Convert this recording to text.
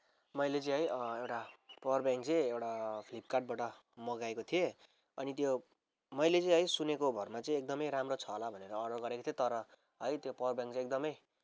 मैले चाहिँ है एउटा पावर ब्याङ्क चाहिँ एउटा फ्लिपकार्टबाट मगाएको थिएँ अनि त्यो मैले चाहिँ है सुनेको भरमा चाहिँ एकदमै राम्रो छ होला भनेर अर्डर गरेको थिएँ तर है त्यो पावर ब्याङ्क चाहिँ एकदमै